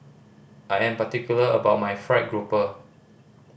I am particular about my fried grouper